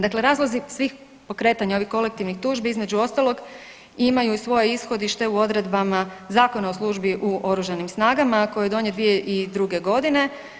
Dakle, razlozi svih pokretanja ovih kolektivnih tužbi između ostalog imaju i svoje ishodište u odredbama Zakona o službi u Oružanim snagama, a koji je donijet 2002. godine.